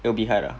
it'll be hard ah